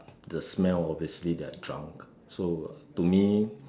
but the smell obviously they are drunk so to me